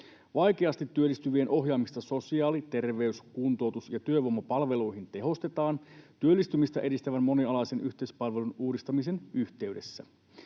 Vaikeasti työllistyvien ohjaamista sosiaali‑, terveys‑, kuntoutus- ja työvoimapalveluihin tehostetaan työllistymistä edistävän monialaisen yhteispalvelun uudistamisen yhteydessä.